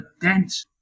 dense